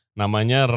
namanya